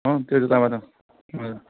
हो त्यो त तपाईँलाई